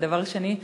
ודבר שני,